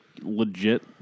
legit